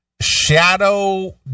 Shadow